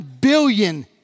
billion